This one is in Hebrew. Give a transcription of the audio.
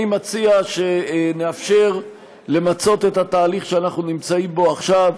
אני מציע שנאפשר למצות את התהליך שאנחנו נמצאים בו עכשיו.